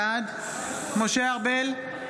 בעד משה ארבל,